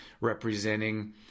representing